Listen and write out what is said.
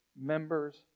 members